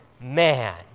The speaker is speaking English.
man